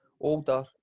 older